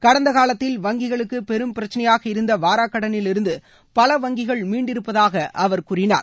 கடந்த காலத்தில் வங்கிகளுக்கு பெரும் பிரச்சனையாக இருந்த வாராக்கடனிவிருந்து பல வங்கிகள் மீண்டிருப்பதாக அவர் கூறினார்